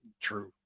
True